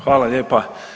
Hvala lijepa.